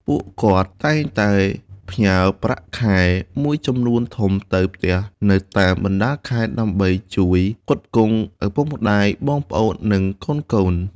ពួកគាត់តែងតែផ្ញើប្រាក់ខែមួយចំនួនធំទៅផ្ទះនៅតាមបណ្ដាខេត្ត ដើម្បីជួយផ្គត់ផ្គង់ឪពុកម្ដាយ បងប្អូន និងកូនៗ។